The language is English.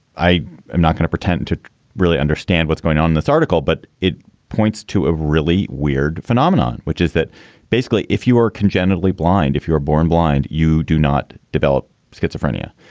i am not going to pretend to really understand what's going on this article, but it points to a really weird phenomenon, which is that basically if you are congenitally blind, if you're born blind, you do not develop schizophrenia.